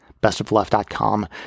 bestofleft.com